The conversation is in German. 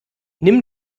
nimm